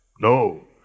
No